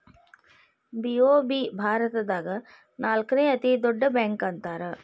BOB ಭಾರತದಾಗ ನಾಲ್ಕನೇ ಅತೇ ದೊಡ್ಡ ಬ್ಯಾಂಕ ಅಂತಾರ